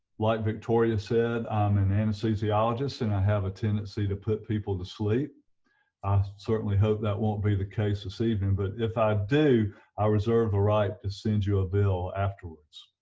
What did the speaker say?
like victoria said, i'm an anesthesiologist and i have a tendency to put people to sleep. i certainly hope that won't be the case this evening but if i do i reserve the right to send you a bill afterwards.